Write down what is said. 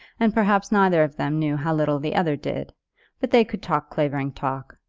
and perhaps neither of them knew how little the other did but they could talk clavering talk,